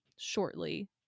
Shortly